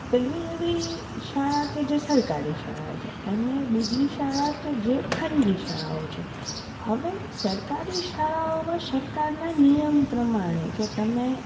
પેલી એવી શાળા કે જે સરકારી શાળા છે અને બીજી શાળા કે જે ખાનગી શાળાઓ છે હવે સરકારી શાળાઓમાં સરકારના નિયમ પ્રમાણે કે તમે